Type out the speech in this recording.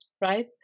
right